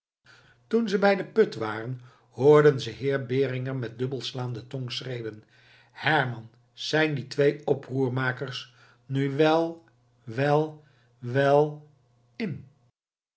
toen ze bij den put waren hoorden ze heer beringer met dubbelslaande tong schreeuwen herman zijn die twee oproermakers nu wel wel wel in